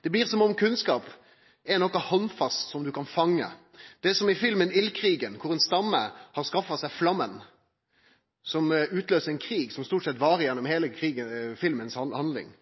Det blir som om kunnskap er noko handfast som ein kan fange. Det er som i filmen «Ildkrigen», der ein stamme har skaffa seg flammen som utløyser ein krig som stort sett varar gjennom heile handlinga i filmen.